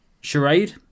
Charade